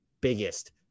biggest